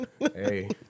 Hey